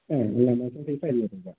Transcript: എല്ലാ മാസം ഫീസ് അഞ്ഞൂറ് രൂപ